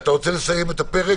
הדיון הארוך מאוד שקיימתם מקודם,